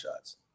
shots